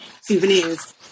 souvenirs